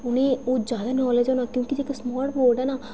उनेंगी ओह् ज्यादा नालेज होना क्योंकि इक स्मार्ट बोर्ड न